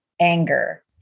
anger